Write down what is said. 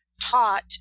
Taught